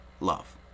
love